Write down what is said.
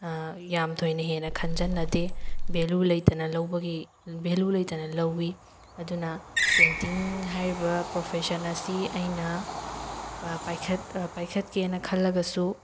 ꯌꯥꯝ ꯊꯣꯏꯅ ꯍꯦꯟꯅ ꯈꯟꯖꯟꯅꯗꯦ ꯚꯦꯂꯨ ꯂꯩꯇꯅ ꯂꯧꯕꯒꯤ ꯚꯦꯂꯨ ꯂꯩꯇꯅ ꯂꯧꯋꯤ ꯑꯗꯨꯅ ꯄꯦꯟꯇꯤꯡ ꯍꯥꯏꯔꯤꯕ ꯄ꯭ꯔꯣꯐꯦꯁꯟ ꯑꯁꯤ ꯑꯩꯅ ꯄꯥꯏꯈꯠ ꯄꯥꯏꯈꯠꯀꯦꯅ ꯈꯜꯂꯒꯁꯨ